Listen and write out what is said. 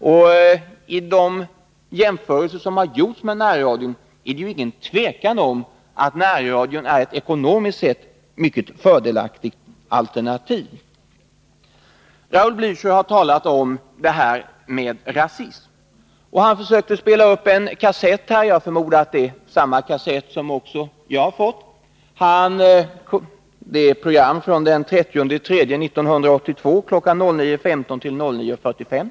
Efter de jämförelser som har gjorts med närradion är det inget tvivel om att närradion ekonomiskt sätt är ett mycket fördelaktigt alternativ. Raul Blächer har talat om rasism, och han försökte här spela upp en kassett. Jag förmodar att det är samma kassett som också jag har fått. Det gäller ett program som sändes den 30 mars 1982 mellan kl. 09.15 och 09.45.